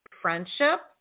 friendship